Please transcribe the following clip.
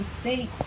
state